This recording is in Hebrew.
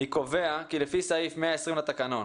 אני קובע כי לפי סעיף 120 לתקנון,